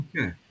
Okay